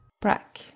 Brack